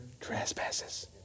trespasses